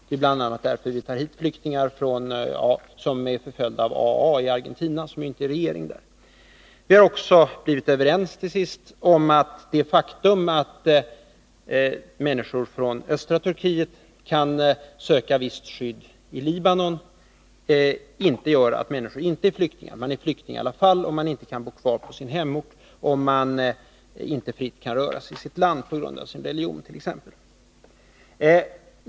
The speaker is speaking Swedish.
Det är bl.a. därför vi tar hit flyktingar som är förföljda av AAA i Argentina, som ju inte har regeringsmakten där. Vi har också till sist blivit överens om att det faktum att människor från östra Turkiet kan söka visst skydd i Libanon inte gör att dessa människor inte är flyktingar. Man är flykting i alla fall, om man inte kan bo kvar på sin hemort, om man inte fritt kan röra sig i sitt land —t.ex. på grund av sin religion.